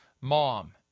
mom